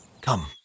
Come